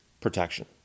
protection